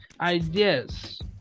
Ideas